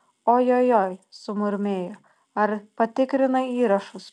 ojojoi sumurmėjo ar patikrinai įrašus